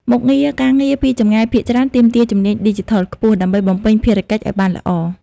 មុខងារការងារពីចម្ងាយភាគច្រើន ទាមទារជំនាញឌីជីថលខ្ពស់ ដើម្បីបំពេញភារកិច្ចឱ្យបានល្អ។